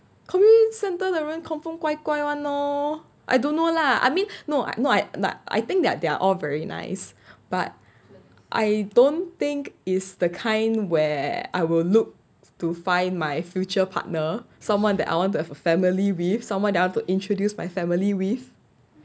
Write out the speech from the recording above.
community centre 的人 confirm 怪怪的 [one] lor I don't know lah I mean no I no I n~ I think that they're all very nice but I don't think is the kind where I will look to find my future partner someone that I want to have a family with someone that want to introduce my family with